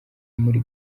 muri